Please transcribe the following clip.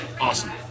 awesome